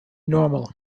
normal